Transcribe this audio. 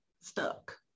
stuck